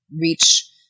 reach